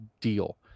deal